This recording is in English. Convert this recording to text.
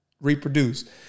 reproduce